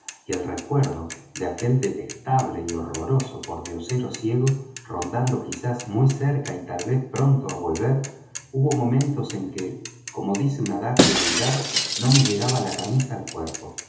y el recuerdo de aquel detestable y horroroso pordiosero ciego rondando quizás muy cerca y tal vez pronto á volver hubo momentos en que como dice un adagio vulgar no me llegaba la camisa al cuerpo